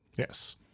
Yes